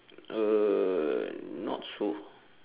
uh not so